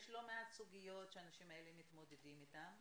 יש לא מעט סוגיות שהאנשים האלה מתמודדים איתם,